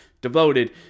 devoted